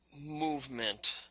movement